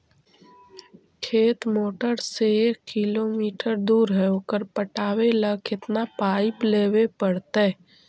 खेत मोटर से एक किलोमीटर दूर है ओकर पटाबे ल केतना पाइप लेबे पड़तै?